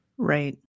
Right